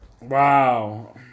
Wow